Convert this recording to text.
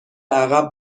عقب